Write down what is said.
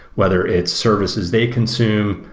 whether it's services they consume,